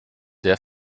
der